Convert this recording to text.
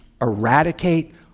eradicate